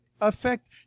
affect